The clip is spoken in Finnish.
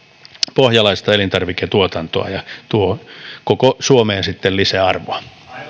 pohjalaista elintarviketuotantoa ja tuo koko suomeen sitten lisäarvoa